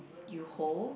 you hold